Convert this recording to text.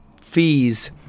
fees